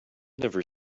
never